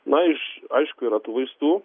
na iš aišku yra tų vaistų